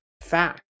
fact